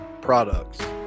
products